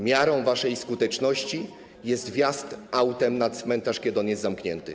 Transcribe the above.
Miarą waszej skuteczności jest wjazd autem na cmentarz, kiedy on jest zamknięty.